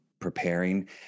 preparing